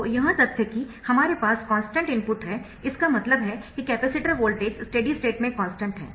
तो यह तथ्य कि हमारे पास कॉन्स्टन्ट इनपुट है इसका मतलब है कि कैपेसिटर वोल्टेज स्टेडी स्टेट में कॉन्स्टन्ट है